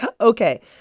Okay